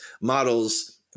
models